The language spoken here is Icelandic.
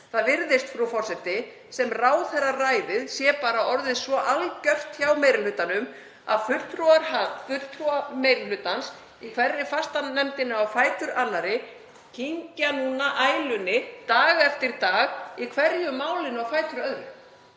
Það virðist, frú forseti, sem ráðherraræðið sé bara orðið svo algjört hjá meiri hlutanum að fulltrúar meiri hlutans í hverri fastanefndinni á fætur annarri kyngi ælunni (Forseti hringir.) dag eftir dag í hverju málinu á fætur öðru,